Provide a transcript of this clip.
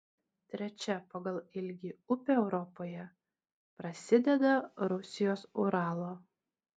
trečia pagal ilgį upė europoje prasideda rusijos uralo